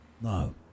No